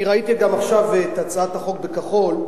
אני ראיתי גם עכשיו את הצעת החוק בכחול,